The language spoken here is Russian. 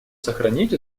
сохранить